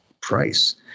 price